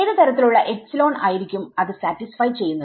ഏത് തരത്തിലുള്ള എപ്സിലോൺ ആയിരിക്കും അത് സാറ്റിസ്ഫൈചെയ്യുന്നത്